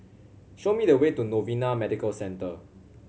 Show me the way to Novena Medical Centre